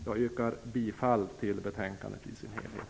Jag yrkar bifall till betänkandet i dess helhet.